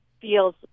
feels